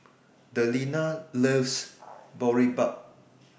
Delina loves Boribap